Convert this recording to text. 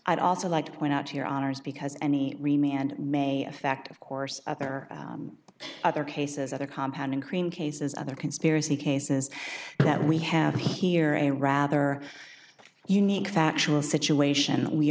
i'd also like to point out here on ars because any remain and may affect of course other other cases other compound in cream cases other conspiracy cases that we have here a rather unique factual situation